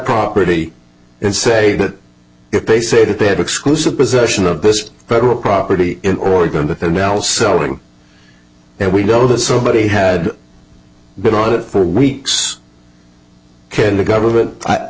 property and say that if they say that they had exclusive possession of this federal property in or going to jail selling it we know that somebody had been on it for weeks can the government